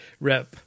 rep